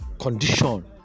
condition